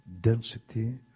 density